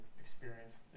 experience